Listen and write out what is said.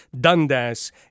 Dundas